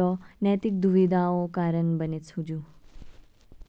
दो नैतिक दूविदा ऊ कारण बनेच हुजु।